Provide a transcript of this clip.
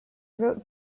wrote